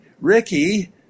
Ricky